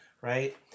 right